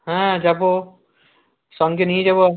হ্যাঁ যাবো সঙ্গে নিয়ে যাবো